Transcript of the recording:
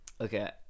Okay